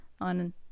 on